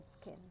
skin